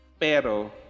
Pero